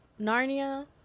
Narnia